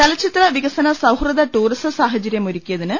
ചലച്ചിത്ര വികസന സൌഹൃദ ടൂറിസം സാഹചരൃ മെട്രുക്കിയതിന്